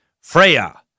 Freya